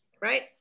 right